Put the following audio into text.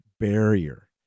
Barrier